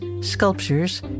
sculptures